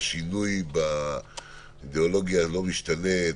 באידאולוגיה הלא-משתנה,